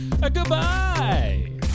Goodbye